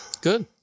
Good